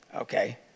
okay